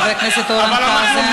חבר הכנסת אורן חזן,